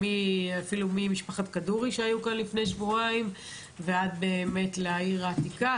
ממשפחת כדורי שהיו כאן לפני שבועיים ועד לעיר העתיקה,